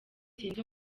sinzi